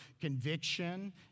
conviction